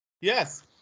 Yes